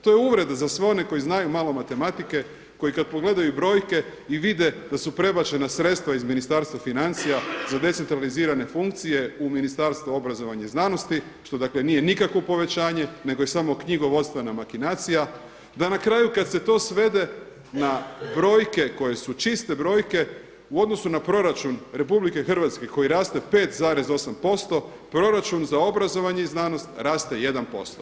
To je uvreda za sve one koji znaju malo matematike, koji kad pogledaju brojke i vide da su prebačena sredstva iz Ministarstva financija za decentralizirane funkcije u Ministarstvo obrazovanja i znanosti što dakle nije nikakvo povećanje nego je samo knjigovodstvena makinacija, da na kraju kad se to svede na brojke koje su čiste brojke u odnosu na proračun Republike Hrvatske koji raste 5,8% proračun za obrazovanje i znanost raste 1%